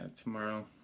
tomorrow